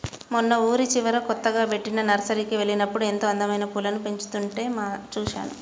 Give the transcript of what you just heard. మొన్న ఊరి చివరన కొత్తగా బెట్టిన నర్సరీకి వెళ్ళినప్పుడు ఎంతో అందమైన పూలను పెంచుతుంటే చూశాను